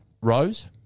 Rose